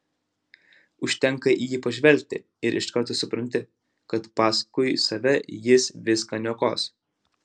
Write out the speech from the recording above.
užtenka į jį pažvelgti ir iš karto supranti kad paskui save jis viską niokos